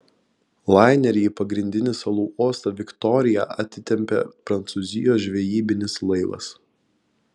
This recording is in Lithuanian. lainerį į pagrindinį salų uostą viktoriją atitempė prancūzijos žvejybinis laivas